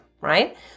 right